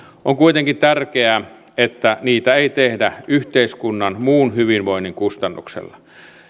on kuitenkin tärkeää että niitä ei tehdä yhteiskunnan muun hyvinvoinnin kustannuksella